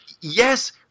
Yes